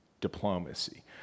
diplomacy